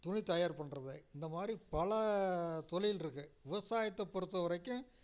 துணி தயார் பண்ணுறது இந்தமாதிரி பல தொழில் இருக்கு விவசாயத்தை பொறுத்தவரைக்கும்